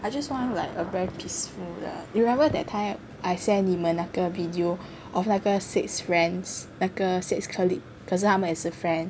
I just wanna like a very peaceful lah you remember that time I send 你们那个 video of 那个 six friends 那个 six colleagues 可是他们也是 friend